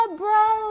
bro